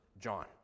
John